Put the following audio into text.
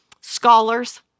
scholars